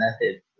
method